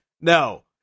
No